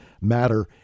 matter